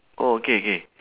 oh okay K